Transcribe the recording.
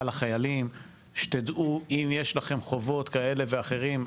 לחיילים שתדעו אם יש לכם חובות כאלה ואחרים,